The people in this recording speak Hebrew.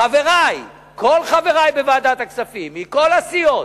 חברי, כל חברי בוועדת הכספים, מכל הסיעות,